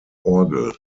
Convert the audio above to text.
orgel